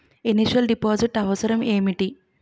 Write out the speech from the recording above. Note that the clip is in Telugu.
ఇనిషియల్ డిపాజిట్ అవసరం ఏమిటి?